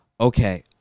okay